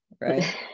right